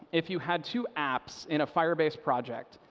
if you had two apps in a firebase project,